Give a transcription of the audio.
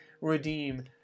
redeem